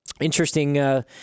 Interesting